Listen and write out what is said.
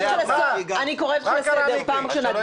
אני קוראת אותך לסדר פעם ראשונה.